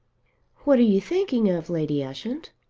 what are you thinking of, lady ushant?